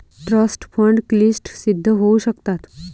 trust fund क्लिष्ट सिद्ध होऊ शकतात